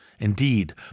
Indeed